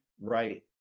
right